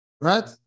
right